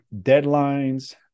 deadlines